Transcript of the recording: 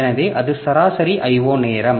எனவே அது சராசரி I O நேரம்